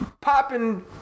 popping